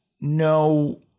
No